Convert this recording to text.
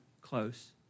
close